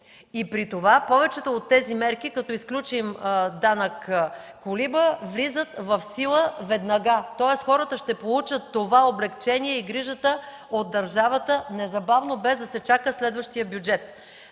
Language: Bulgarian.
и при това повечето от тези мерки, като изключим данък „колиба”, влизат в сила веднага. Тоест хората ще получат това облекчение и грижата от държавата незабавно, без да се чака следващия бюджет.